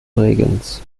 bregenz